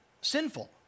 sinful